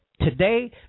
today